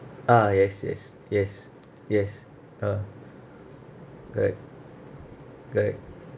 ah yes yes yes yes ah correct correct